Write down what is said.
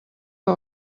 que